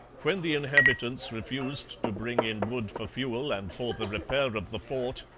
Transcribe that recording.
when the inhabitants refused to bring in wood for fuel and for the repair of the fort,